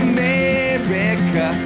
America